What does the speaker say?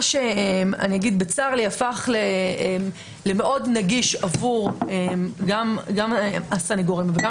מה שבצר לי הפך מאוד נגיש עבור גם הסנגורים וגם